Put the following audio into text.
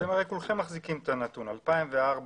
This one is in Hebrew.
אתם כולכם מחזיקים את הנתון: 2004,